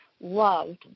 loved